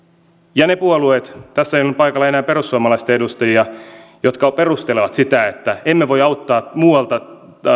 ja ne puolueet tässä ei ole nyt paikalla enää perussuomalaisten edustajia jotka perustelevat sitä että emme voi auttaa muualta